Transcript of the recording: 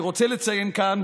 אני רוצה לציין כאן